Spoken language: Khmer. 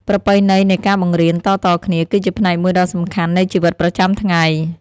ប្រពៃណីនៃការបង្រៀនតៗគ្នា គឺជាផ្នែកមួយដ៏សំខាន់នៃជីវិតប្រចាំថ្ងៃ។